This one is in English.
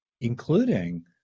including